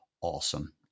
Awesome